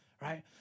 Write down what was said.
Right